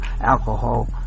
alcohol